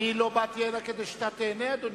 אני לא באתי הנה כדי שאתה תיהנה, אדוני.